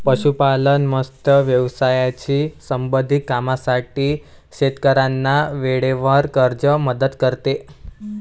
पशुपालन, मत्स्य व्यवसायाशी संबंधित कामांसाठी शेतकऱ्यांना वेळेवर कर्ज मदत करते